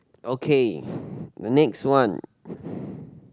okay the next one